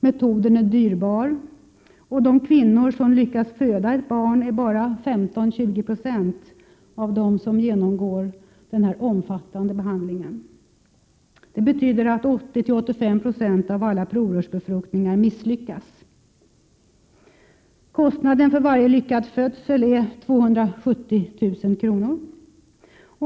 Metoden är dyrbar, och de kvinnor som lyckas föda ett barn är bara 15-20 926 av dem som genomgår denna omfattande behandling. Det betyder att 80-85 90 av alla provrörsbefruktningar misslyckas. Kostnaden för varje lyckad födsel är 270 000 kr.